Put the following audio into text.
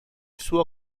suo